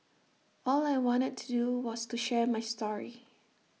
all I wanted to do was to share my story